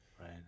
right